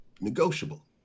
negotiable